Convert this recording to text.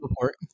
report